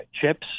Chips